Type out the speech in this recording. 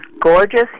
gorgeous